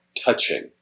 touching